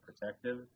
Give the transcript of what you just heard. protective